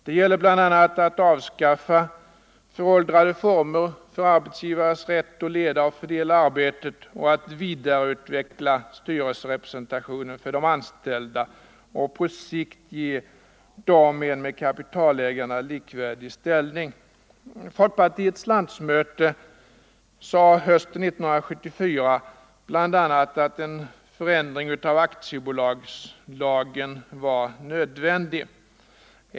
Det gäller bl.a. att avskaffa föråldrade former för arbetsgivares rätt att leda och fördela arbetet, att vidareutveckla styrelserepresentationen för de anställda och att på sikt ge dem en med kapitalägarna likvärd ställning. Folkpartiets landsmöte sade hösten 1974 bl.a. att en förändring av aktiebolagslagen var nödvändig.